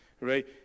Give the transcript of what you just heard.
right